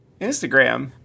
Instagram